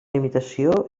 limitació